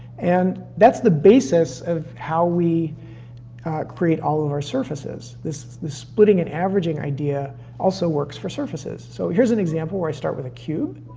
and that's the basis of how we create all of our surfaces. this splitting and averaging idea also works for surfaces. so here's an example where i start with a cube.